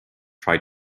try